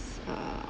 err